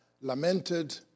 lamented